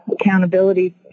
accountability